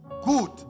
good